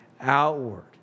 outward